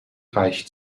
reich